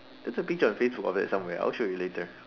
there's a picture on Facebook about that I'll show you later